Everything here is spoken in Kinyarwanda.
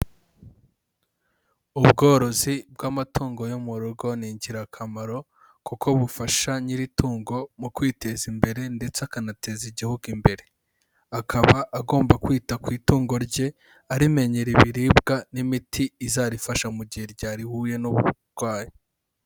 Ubworozi bw'amatungo yo mu rugo ni ingirakamaro kuko bufasha nyir'itungo mu kwiteza imbere ndetse akanateza igihugu imbere, akaba agomba kwita ku itungo rye arimenyera ibiriribwa n'imiti izarifasha mu gihe ryahuye n'uburwayi.